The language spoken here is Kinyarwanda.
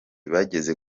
bageze